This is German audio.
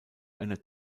einer